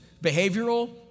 behavioral